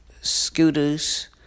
scooters